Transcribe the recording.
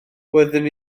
wyddwn